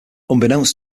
unbeknownst